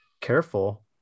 careful